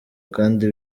kandi